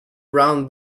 brown